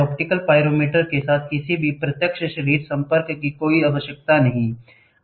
optical pyrometer के साथ किसी भी प्रत्यक्ष शारीरिक संपर्क की कोई आवश्यकता नहीं है